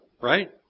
right